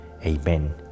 Amen